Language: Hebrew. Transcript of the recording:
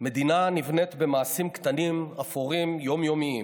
"מדינה נבנית במעשים קטנים, אפורים, יום-יומיים.